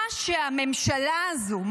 מה שהממשלה הזו,